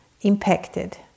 impacted